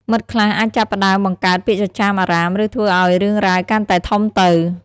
មិត្តខ្លះអាចចាប់ផ្ដើមបង្កើតពាក្យចចាមអារាម ឬធ្វើឱ្យរឿងរ៉ាវកាន់តែធំទៅ។